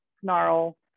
snarl